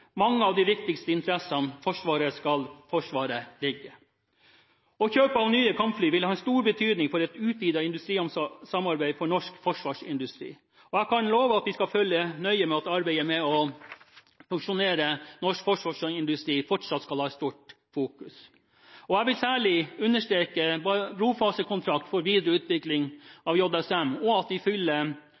mange av de viktigste interessene Forsvaret skal forsvare, ligger. Kjøpet av nye kampfly vil ha en stor betydning for et utvidet industrisamarbeid for norsk forsvarsindustri, og jeg kan love at vi skal følge nøye med på at arbeidet med å posisjonere norsk forsvarsindustri fortsatt har et stort fokus. Jeg vil særlig understreke brofasekontrakt for videre utvikling av JSM, og at vi følger opp når det gjelder integrasjon av APEX. Samtidig forutsetter vi at de